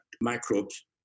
microbes